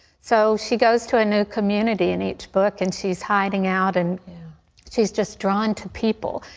so she goes to a new community in each book and she is hiding out, and she is just drawn to people.